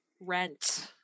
rent